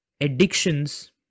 addictions